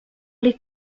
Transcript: les